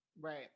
Right